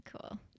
cool